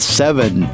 seven